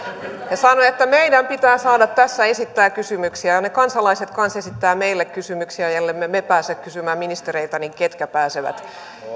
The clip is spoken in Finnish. ja sanon että meidän pitää saada tässä esittää kysymyksiä kansalaiset myös esittävät meille kysymyksiä ja ellemme me pääse kysymään ministereiltä niin ketkä pääsevät